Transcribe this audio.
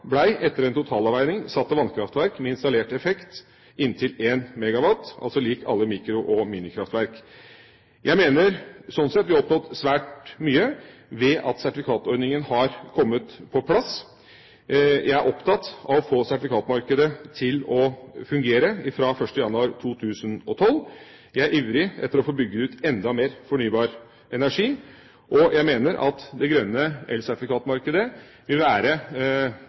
ble etter en totalavveining satt til vannkraftverk med installert effekt inntil 1 MW, lik alle mikro- og minikraftverk. Jeg mener sånn sett at vi har oppnådd svært mye ved at sertifikatordningen har kommet på plass. Jeg er opptatt av å få sertifikatmarkedet til å fungere fra 1. januar 2012. Jeg er ivrig etter å få bygd ut enda mer fornybar energi, og jeg mener at det grønne elsertifikatmarkedet vil være